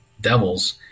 devils